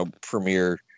premiere